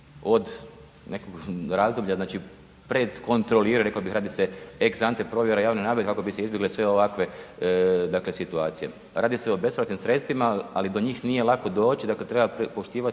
od nekog razdoblja znači pred kontroliraju, rekao bih radi se ex ante provjera javne nabave kako bi se izbjegle sve ovakve dakle situacije. Radi se o bespovratnim sredstvima ali do njih nije lako doći, dakle treba poštivati